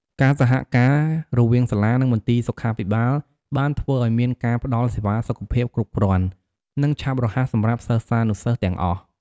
ការសហការរវាងសាលា និងមន្ទីរសុខាភិបាលបានធ្វើឲ្យមានការផ្តល់សេវាសុខភាពគ្រប់គ្រាន់ និងឆាប់រហ័សសម្រាប់សិស្សានុសិស្សទាំងអស់។